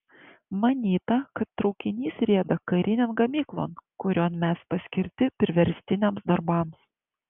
manyta kad traukinys rieda karinėn gamyklon kurion mes paskirti priverstiniams darbams